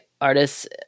artist's